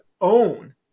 own